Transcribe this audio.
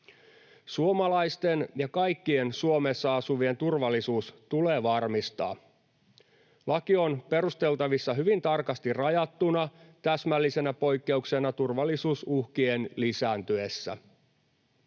Suomalaisten ja kaikkien Suomessa asuvien turvallisuus tulee varmistaa. Laki on perusteltavissa hyvin tarkasti rajattuna, täsmällisenä poikkeuksena turvallisuusuhkien lisääntyessä.